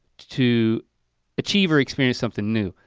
to achieve or experience something new.